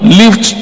lift